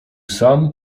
sam